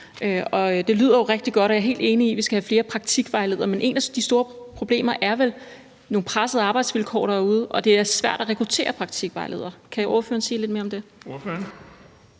Det lyder jo rigtig godt, og jeg er helt enig i, at vi skal have flere praktikvejledere, men et af de store problemer er vel, at der er nogle pressede arbejdsvilkår derude, og at det er svært at rekruttere praktikvejledere. Kan ordføreren sige lidt mere om det?